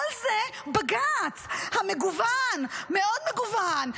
כל זה בג"ץ המגוון, מאוד מגוון.